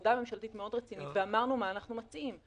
עבודה ממשלתית מאוד רצינית ואמרנו מה אנחנו מציעים.